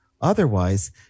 Otherwise